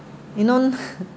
you know